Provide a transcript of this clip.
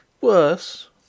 Worse